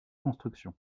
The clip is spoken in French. construction